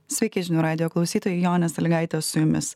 sveiki žinių radijo klausytojai jonė sąlygaitė su jumis